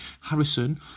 harrison